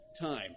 time